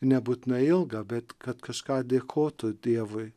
nebūtinai ilgą bet kad kažką dėkotų dievui